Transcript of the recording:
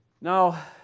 Now